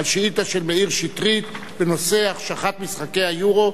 על שאילתא של מאיר שטרית בנושא: החשכת משחקי היורו,